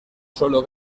solo